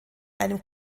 einem